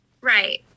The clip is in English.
Right